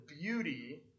beauty